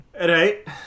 Right